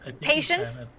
Patience